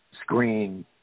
screen